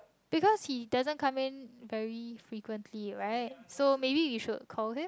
because he doesn't come in very frequency right so maybe we should call him